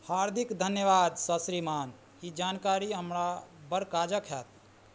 हार्दिक धन्यवाद श श्रीमान ई जानकारी हमरा बड़ काजक हैत